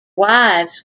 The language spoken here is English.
wives